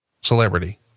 Celebrity